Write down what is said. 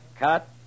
Cut